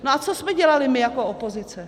A co jsme dělali my jako opozice?